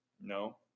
No